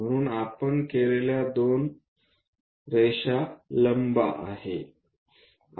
म्हणून आपण केलेल्या दोन रेषा लंब आहेत